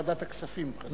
בוועדת הכספים.